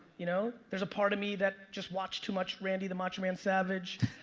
you know there's a part of me that just watched too much randy the macho man savage.